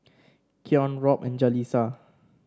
Keon Robb and Jaleesa